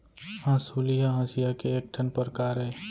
हँसुली ह हँसिया के एक ठन परकार अय